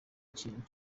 ikintu